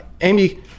Amy